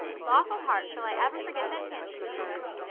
lawful heart, shall i ever forget that tantrum of hers!